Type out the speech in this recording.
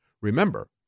Remember